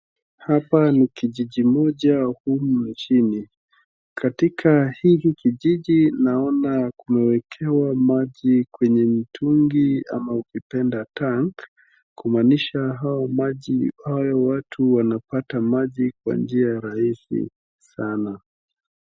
Hapa ni kijiji moja humu nchini. Katika hiki kijiji naona kumekewa maji kwenye mitungi ama ukipenda tank kumaanisha hao maji, hao watu wanapata maji kwa njia rahisi sana.